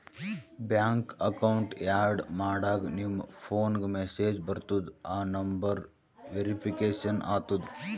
bank account add ಮಾಡಾಗ್ ನಿಮ್ ಫೋನ್ಗ ಮೆಸೇಜ್ ಬರ್ತುದ್ ಆ ನಂಬರ್ ವೇರಿಫಿಕೇಷನ್ ಆತುದ್